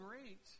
great